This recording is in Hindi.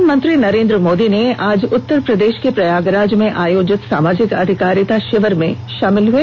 प्रधानमंत्री नरेन्द्र मोदी ने आज उत्तर प्रदेश के प्रयागराज में आयोजित सामाजिक अधिकारिता शिविर में शामिल हुए